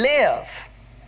live